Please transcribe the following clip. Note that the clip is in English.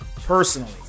personally